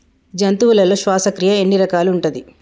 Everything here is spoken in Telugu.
జంతువులలో శ్వాసక్రియ ఎన్ని రకాలు ఉంటది?